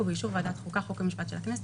ובאישור ועדת חוקה חוק ומשפט של הכנסת,